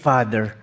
Father